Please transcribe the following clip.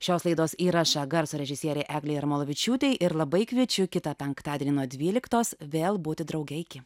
šios laidos įrašą garso režisierei eglei jarmolavičiūtei ir labai kviečiu kitą penktadienį nuo dvyliktos vėl būti drauge iki